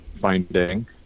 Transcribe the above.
finding